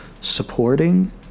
supporting